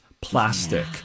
plastic